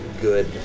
good